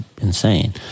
insane